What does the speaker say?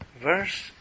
verse